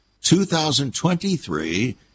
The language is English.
2023